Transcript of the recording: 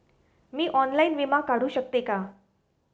मी online विमा काढू शकते का?